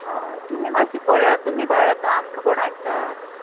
हय तुमी मात्शी पळयात तुमी पळयात न्हू आमकां कोण आयकतात